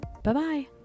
Bye-bye